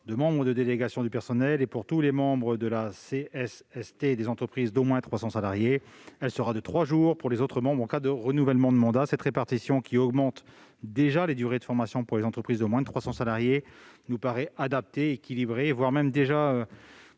de membre de la délégation du personnel et pour tous les membres de la CSST des entreprises d'au moins 300 salariés. Elle sera de trois jours pour les autres membres en cas de renouvellement de mandat. Cette répartition, qui augmente déjà les durées de formation pour les entreprises de moins de 300 salariés, nous paraît adaptée et équilibrée- elle est même déjà